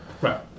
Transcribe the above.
Right